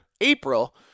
April